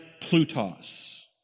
Plutus